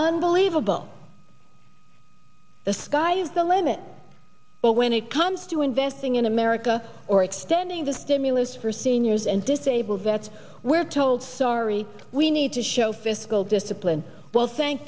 unbelievable the sky's the limit but when it comes to investing in america or extending the stimulus for seniors and disabled vets we're told sorry we need to show fiscal discipline well thank